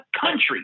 country